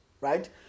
Right